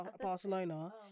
Barcelona